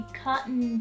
cotton